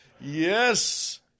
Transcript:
Yes